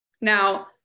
Now